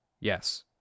Yes